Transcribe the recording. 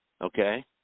okay